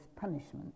punishment